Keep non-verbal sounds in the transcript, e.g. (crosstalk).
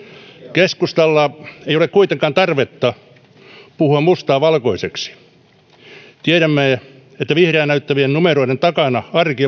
keskustalla ei ole kuitenkaan tarvetta puhua mustaa valkoiseksi tiedämme että vihreää näyttävien numerojen takana arki (unintelligible)